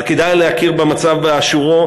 אבל כדאי להכיר במצב לאשורו,